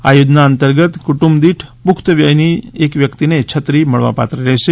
આ યોજના અંતર્ગત કુટુંબદીઠ પુખ્તવયની એક વ્યક્તિને છત્રી મળવાપાત્ર રહેશે